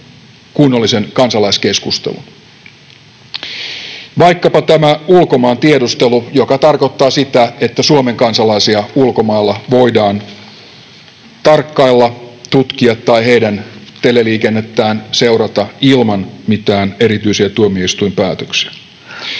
kunnollisen kansalaiskeskustelun, vaikkapa tämä ulkomaantiedustelu, joka tarkoittaa sitä, että Suomen kansalaisia ulkomailla voidaan tarkkailla, tutkia tai heidän teleliikennettään seurata ilman mitään erityisiä tuomioistuinpäätöksiä.